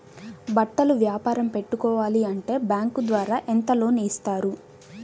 బట్టలు వ్యాపారం పెట్టుకోవాలి అంటే బ్యాంకు ద్వారా ఎంత లోన్ ఇస్తారు?